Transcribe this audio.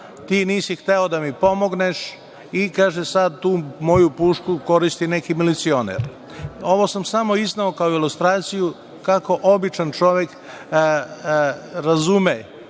ti nisi hteo da mi pomogneš i sad tu moju pušku koristi neki milicioner. Ovo sam samo izneo kao ilustraciju kako običan čovek razume